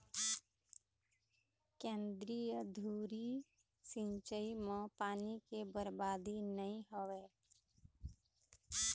केंद्रीय धुरी सिंचई म पानी के बरबादी नइ होवय